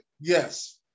Yes